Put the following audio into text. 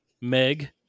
Meg